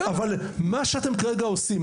אבל מה שאתם כרגע עושים,